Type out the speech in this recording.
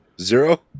zero